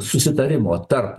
susitarimo tarp